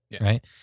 right